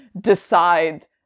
decide